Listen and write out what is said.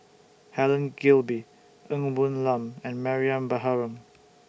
Helen Gilbey Ng Woon Lam and Mariam Baharom